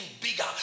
bigger